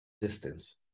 distance